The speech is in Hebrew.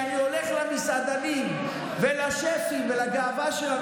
אני הולך למסעדנים ולשפים ולגאווה שלנו,